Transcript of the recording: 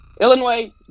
Illinois